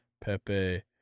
Pepe